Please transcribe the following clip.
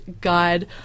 guide